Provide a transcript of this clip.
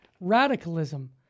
radicalism